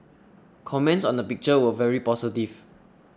comments on the picture were very positive